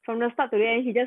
from the start then he just